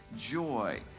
joy